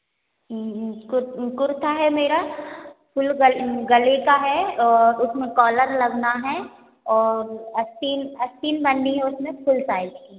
कुर कुर्ता है मेरा फुल गल गले का है और उसमें कॉलर लगना है और अस्तीन अस्तीन बननी है उसमें फुल साइज की